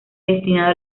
destinado